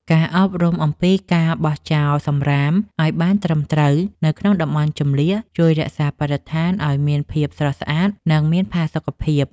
ការអប់រំអំពីការបោះចោលសម្រាមឱ្យបានត្រឹមត្រូវនៅក្នុងតំបន់ជម្លៀសជួយរក្សាបរិស្ថានឱ្យមានភាពស្រស់ស្អាត និងមានផាសុកភាព។